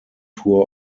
tour